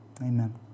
Amen